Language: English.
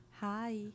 Hi